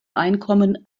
einkommen